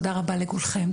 תודה רבה לכולכם,